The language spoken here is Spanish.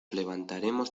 levantaremos